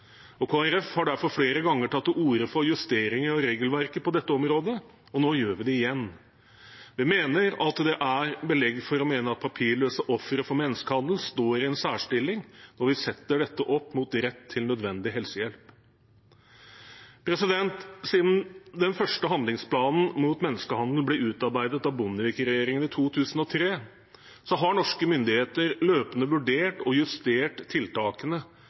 har derfor flere ganger tatt til orde for justeringer av regelverket på dette området, og nå gjør vi det igjen. Vi mener det er belegg for å mene at papirløse ofre for menneskehandel står i en særstilling, og vi setter dette opp mot rett til nødvendig helsehjelp. Siden den første handlingsplanen mot menneskehandel ble utarbeidet av Bondevik-regjeringen i 2003, har norske myndigheter løpende vurdert og justert tiltakene